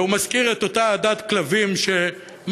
והוא מזכיר את אותה עדת כלבים שמשתינה